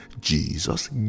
Jesus